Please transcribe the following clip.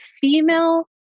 female